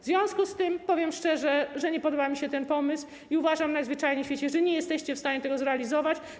W związku z tym powiem szczerze, że nie podoba mi się ten pomysł i uważam też najzwyczajniej w świecie, że nie jesteście w stanie tego zrealizować.